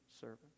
servant